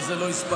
מה זה לא הספקתם?